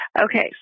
Okay